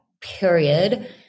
period